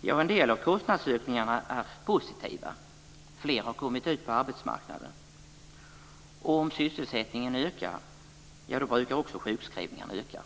Ja, en del av kostnadsökningarna är positiva. Fler har kommit ut på arbetsmarknaden. Om sysselsättningen ökar, brukar också sjukskrivningarna öka.